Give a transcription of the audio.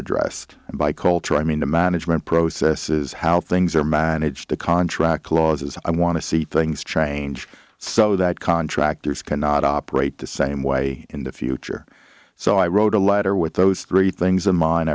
addressed by call true i mean the management processes how things are managed the contract clauses i want to see things change so that contractors cannot operate the same way in the future so i wrote a letter with those three things in mind